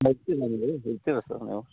ಬರ್ತೀವಿ ನಾವು ಅಲ್ಲಿ ಇರ್ತೀರಾ ಸರ್ ನೀವು